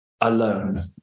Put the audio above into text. alone